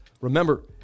Remember